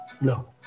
no